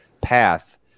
path